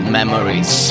memories